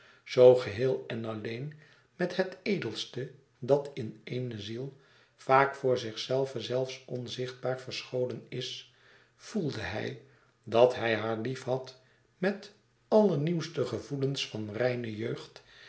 zoo geheel en alleen met het edelste dat in eene ziel vaak voor zichzelve zelfs onzichtbaar verscholen is voelde hij dat hij haar liefhad met allernieuwste gevoelens van reine jeugd